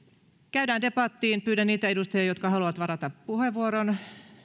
käydään debattiin pyydän niitä edustajia jotka haluavat varata puheenvuoron